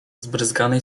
zbryzganej